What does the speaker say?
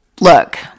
Look